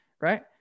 right